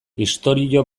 istorio